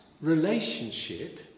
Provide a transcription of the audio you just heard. relationship